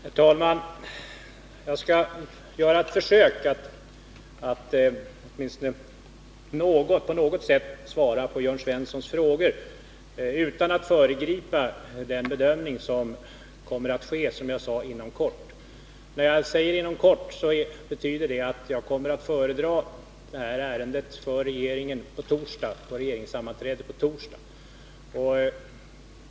Herr talman! Jag skall göra ett försök att åtminstone på något sätt svara på Jörn Svenssons frågor utan att föregripa den bedömning som kommer att ske inom kort. När jag säger ”inom kort”, betyder det att jag kommer att föredra ärendet för regeringen vid dess sammanträde på torsdag.